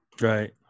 Right